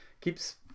keeps